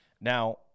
Now